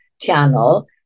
channel